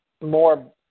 more